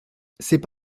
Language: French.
c’est